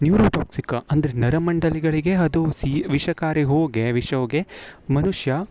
neurotoxic ಅಂದರೆ ನರಮಂಡಲಗಳಿಗೆ ಅದು ಸಿ ವಿಷಕಾರಿ ಹೋಗಿ ವಿಷ ಹೋಗಿ ಮನುಷ್ಯ